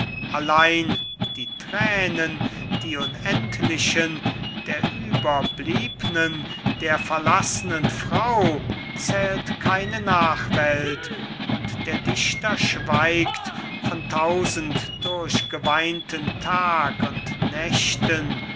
allein die thränen die unendlichen der überbliebnen der verlass'nen frau zählt keine nachwelt und der dichter schweigt von tausend durchgeweinten tag und nächten